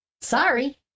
sorry